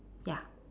ya